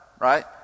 right